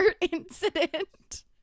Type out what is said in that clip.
incident